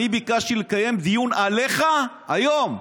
אני ביקשתי לקיים דיון עליך היום,